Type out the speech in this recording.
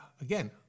Again